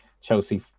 Chelsea